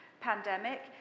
pandemic